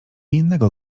innego